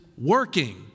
working